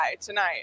tonight